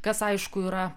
kas aišku yra